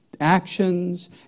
actions